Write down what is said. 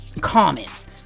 comments